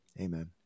Amen